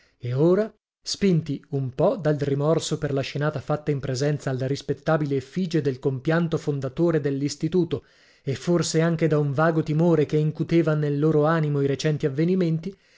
e ora spinti un po dal rimorso per la scenata fatta in presenza alla rispettabile effige del compianto fondatore dell'istituto e forse anche da un vago timore che incutevan nel loro animo i recenti avvenimenti